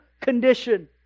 condition